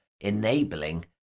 enabling